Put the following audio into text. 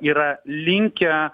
yra linkę